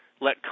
let